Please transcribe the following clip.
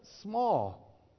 small